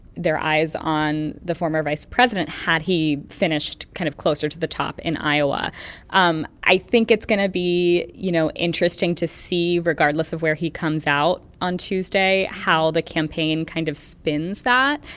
their eyes on the former vice president, had he finished kind of closer to the top in iowa um i think it's going to be, you know, interesting to see regardless of where he comes out on tuesday how the campaign kind of spins that.